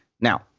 Now